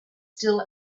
still